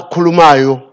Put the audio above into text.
Kulumayo